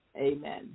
Amen